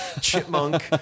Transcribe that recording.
Chipmunk